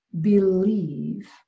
believe